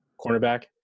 cornerback